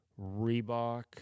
Reebok